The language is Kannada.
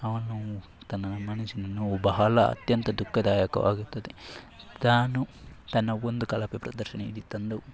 ಅವನು ತನ್ನ ಬಹಳ ಅತ್ಯಂತ ದುಃಖದಾಯಕವಾಗಿರ್ತದೆ ತಾನು ತನ್ನ ಒಂದು ಕಳಪೆ ಪ್ರದರ್ಶನ ಇಡೀ ತಂಡವು